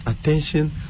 attention